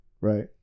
Right